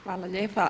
Hvala lijepa.